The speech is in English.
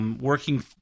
Working